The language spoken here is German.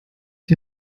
die